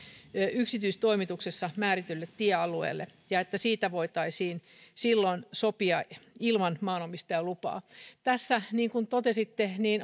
yksityistoimituksessa määritellylle tiealueelle ja että siitä voitaisiin silloin sopia ilman maanomistajan lupaa tässä niin kuin totesitte